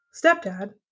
stepdad